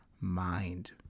mind